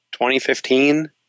2015